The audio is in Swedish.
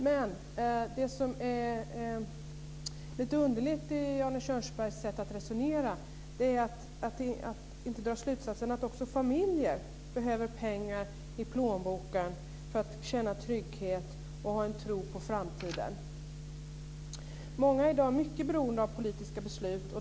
Men det som är lite underligt i Arne Kjörnsbergs sätt att resonera är att han inte drar slutsatsen att också familjer behöver pengar i plånboken för att känna trygghet och ha en tro på framtiden. Många är i dag mycket beroende av politiska beslut.